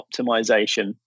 optimization